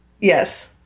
Yes